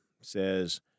says